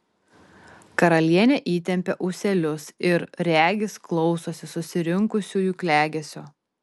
karalienė įtempia ūselius ir regis klausosi susirinkusiųjų klegesio